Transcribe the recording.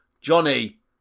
Johnny